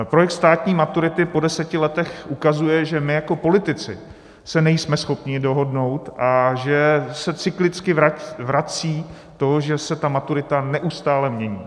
Projekt státní maturity po deseti letech ukazuje, že my jako politici se nejsme schopni dohodnout a že se cyklicky vrací to, že se ta maturita neustále mění.